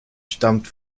stammt